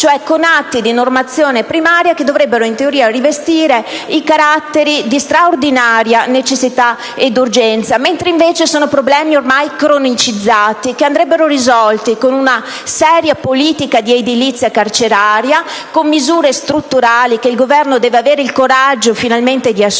cioè con atti di normazione primaria che, in teoria, dovrebbero rivestire i caratteri di straordinaria necessità e urgenza. Si tratta invece di problemi ormai cronicizzati, che andrebbero risolti con una seria politica di edilizia carceraria, con misure strutturali che il Governo deve avere finalmente il coraggio di assumere